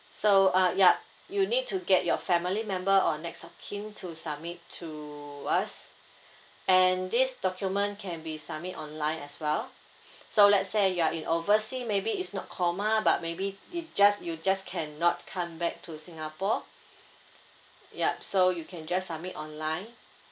so ah ya you need to get your family member or next of kin to submit to us and this document can be submit online as well so let's say you are in oversea maybe is not coma but maybe you just you just cannot come back to singapore yup so you can just submit online